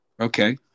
Okay